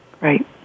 Right